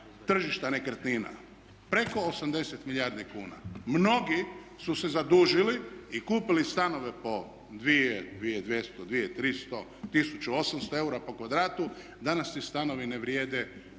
tržišta nekretnina? Preko 80 milijardi kuna. Mnogi su se zadužili i kupili stanove po 2, 2200, 2300, 1800 eura po kvadratu, danas ti stanovi ne vrijede